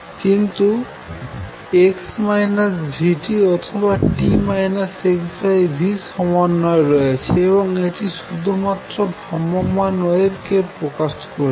কিন্তু x v t অথবা t - xv সমন্বয় রয়েছে এবং এটি শুধুমাত্র ভ্রাম্যমাণ ওয়েভকে প্রকাশ করছে